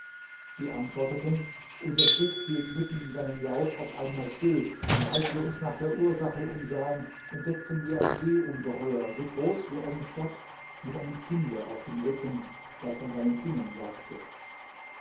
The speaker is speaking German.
sie antworteten unser schiff hielt mitten in seinem lauf auf einmal still und als wir uns nach der ursache umsahen entdeckten wir ein seeungeheuer so groß wie eine stadt mit einem kinde auf dem rücken das an seinen fingern saugte